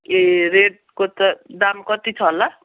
ए रेडको त दाम कति छ होला